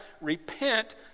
repent